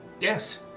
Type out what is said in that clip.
Yes